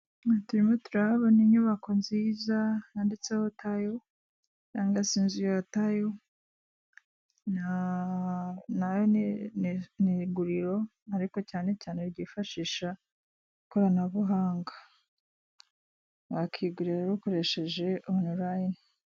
Hano turimo turahabona inyubako nziza yanditseho tayo, nangwa se inzu ya tayo, nayo ni iguriro ariko cyane cyane ryifashisha ikoranbuhanga. Wakigurira rero ukorehseje onulayini.